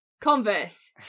converse